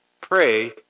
Pray